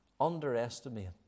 underestimate